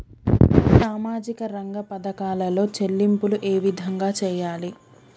సామాజిక రంగ పథకాలలో చెల్లింపులు ఏ విధంగా చేయాలి?